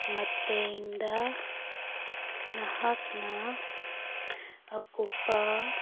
ꯃꯇꯦꯡꯗ ꯅꯍꯥꯛꯅ ꯑꯀꯨꯞꯄ